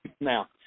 Now